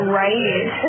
right